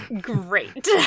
great